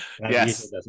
Yes